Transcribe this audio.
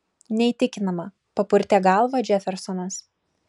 neįtikinama papurtė galvą džefersonas